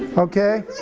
okay,